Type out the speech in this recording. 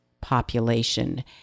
population